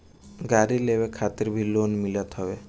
गाड़ी लेवे खातिर भी लोन मिलत हवे